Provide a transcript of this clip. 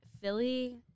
Philly –